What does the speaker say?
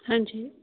ਹਾਂਜੀ